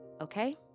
Okay